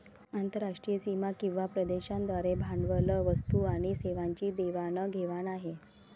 आंतरराष्ट्रीय सीमा किंवा प्रदेशांद्वारे भांडवल, वस्तू आणि सेवांची देवाण घेवाण आहे